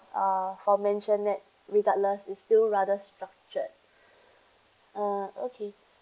uh for mansionette regardless is still rather structured uh okay